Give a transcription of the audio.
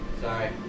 Sorry